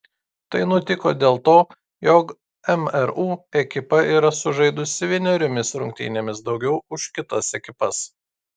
tai nutiko dėl to jog mru ekipa yra sužaidusi vieneriomis rungtynėmis daugiau už kitas ekipas